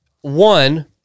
One